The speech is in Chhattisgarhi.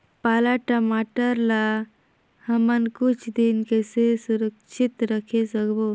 पाला टमाटर ला हमन कुछ दिन कइसे सुरक्षित रखे सकबो?